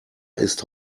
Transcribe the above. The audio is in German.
ist